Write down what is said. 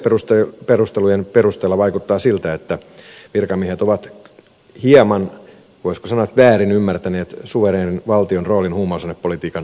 ensinnäkin yleisperustelujen perusteella vaikuttaa siltä että virkamiehet ovat hieman voisiko sanoa väärin ymmärtäneet suvereenin valtion roolin huumausainepolitiikan määrittelyssä